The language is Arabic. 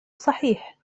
صحيح